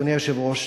אדוני היושב-ראש,